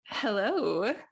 Hello